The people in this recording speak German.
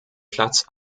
platz